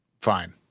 fine